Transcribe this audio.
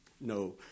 No